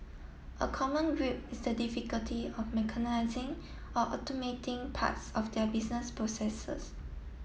a common grip is the difficulty of mechanising or automating parts of their business processes